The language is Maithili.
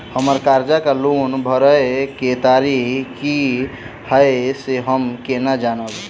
हम्मर कर्जा वा लोन भरय केँ तारीख की हय सँ हम केना जानब?